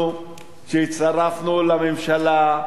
כשהצטרפנו לממשלה,